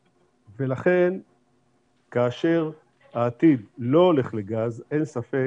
לכן כאשר העתיד לא הולך לגז אין ספק